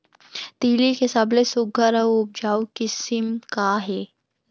तिलि के सबले सुघ्घर अऊ उपजाऊ किसिम का हे?